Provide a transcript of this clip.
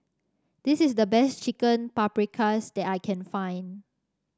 this is the best Chicken Paprikas that I can find